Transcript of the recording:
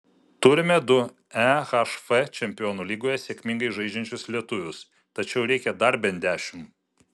turime du ehf čempionų lygoje sėkmingai žaidžiančius lietuvius tačiau reikia dar bent dešimt